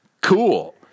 Cool